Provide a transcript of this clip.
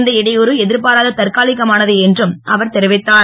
இந்த இடையூறு எதிர்பாராத தற்காலிகமானதே என்றும் அவர் தெரிவித்தார்